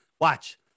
Watch